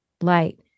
light